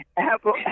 Apple